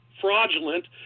fraudulent